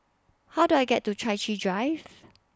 How Do I get to Chai Chee Drive